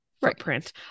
footprint